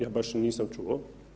Ja baš nisam čuo.